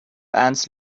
ants